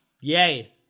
Yay